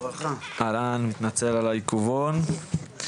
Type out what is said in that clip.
מתנצל על העיכובון,